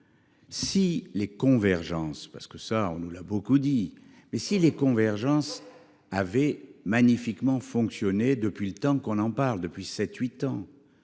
Si les convergences parce que ça on nous l'a beaucoup dit, mais si les convergences avait magnifiquement fonctionné depuis le temps qu'on en parle depuis 7 8 ans.